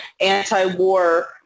anti-war